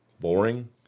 boring